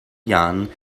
jahren